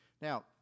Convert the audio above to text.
Now